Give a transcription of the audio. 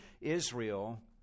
Israel